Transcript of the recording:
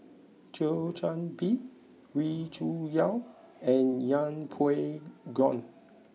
Thio Chan Bee Wee Cho Yaw and Yeng Pway Ngon